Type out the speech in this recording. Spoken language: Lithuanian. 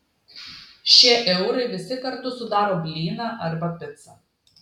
šie eurai visi kartu sudaro blyną arba picą